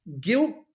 guilt